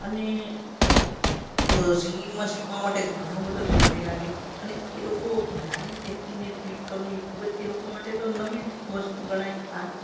અને સિંગિંગમાં શીખવા માટે ઘણો બધો સમય લાગે અને એ લોકો બ્લાઇન્ડ વ્યક્તિને ટ્રીટ કરવું ખૂબ જ એ લોકો માટે નવી વસ્તુ ગણાય આ